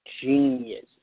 genius